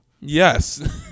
Yes